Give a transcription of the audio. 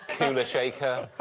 kula shaker,